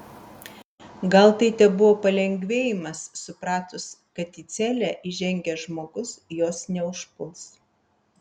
gal tai tebuvo palengvėjimas supratus kad į celę įžengęs žmogus jos neužpuls